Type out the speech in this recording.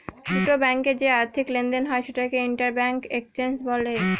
দুটো ব্যাঙ্কে যে আর্থিক লেনদেন হয় সেটাকে ইন্টার ব্যাঙ্ক এক্সচেঞ্জ বলে